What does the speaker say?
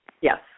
Yes